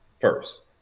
first